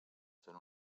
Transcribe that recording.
són